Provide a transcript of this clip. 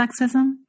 sexism